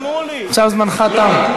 לא נתנו לי לדבר,